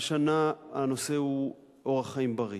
השנה הנושא הוא אורח חיים בריא,